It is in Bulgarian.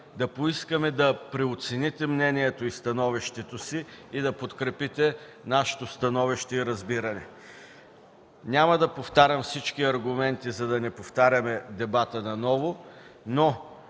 да поискаме да преоцените мнението и становището си и да подкрепите нашето становище и разбиране. Няма да повтарям всички аргументи, за да не повтаряме дебата наново, но